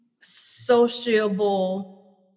sociable